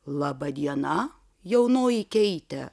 laba diena jaunoji keite